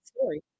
story